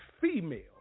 female